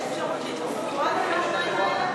יש אפשרות שיתווספו עוד אחרי השניים האלה?